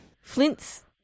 Flint's